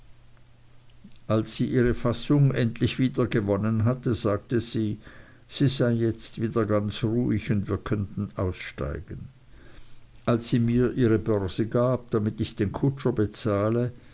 als sie ihre fassung endlich wiedergewonnen hatte sagte sie sie sei jetzt wieder ganz ruhig und wir könnten aussteigen als sie mir ihre börse gab damit ich den kutscher bezahle